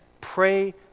pray